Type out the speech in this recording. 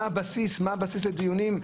מה הבסיס לדיונים?